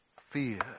fear